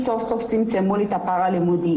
סוף סוף צמצמו לי את הפער הלימודי.